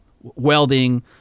welding